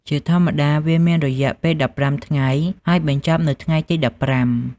ជាធម្មតា វាមានរយៈពេល ១៥ ថ្ងៃ ហើយបញ្ចប់នៅថ្ងៃទី ១៥។